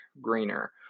Greener